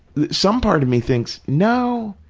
some part of me thinks, no,